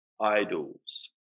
idols